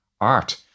art